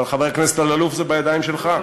אבל, חבר הכנסת אלאלוף, זה בידיים שלך.